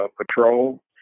patrol